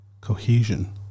Cohesion